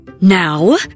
Now